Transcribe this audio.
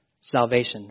salvation